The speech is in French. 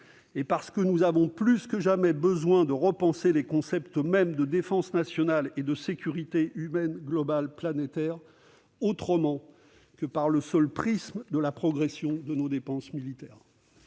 et parce que nous avons plus que jamais besoin de repenser les concepts mêmes de défense nationale et de sécurité humaine globale planétaire. On ne saurait les considérer, ces concepts, au seul prisme de la progression de nos dépenses militaires